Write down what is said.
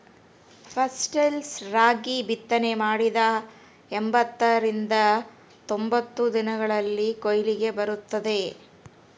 foxtail ರಾಗಿ ಬಿತ್ತನೆ ಮಾಡಿದ ಎಂಬತ್ತರಿಂದ ತೊಂಬತ್ತು ದಿನಗಳಲ್ಲಿ ಕೊಯ್ಲಿಗೆ ಬರುತ್ತದೆ